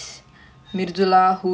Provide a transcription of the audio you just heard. sawdarya